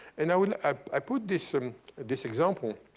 and i mean i put this um this example